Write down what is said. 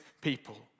people